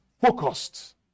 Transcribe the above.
focused